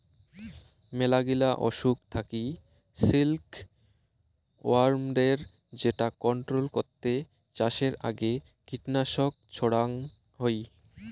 মেলাগিলা অসুখ থাকি সিল্ক ওয়ার্মদের যেটা কন্ট্রোল করতে চাষের আগে কীটনাশক ছড়াঙ হই